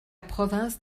province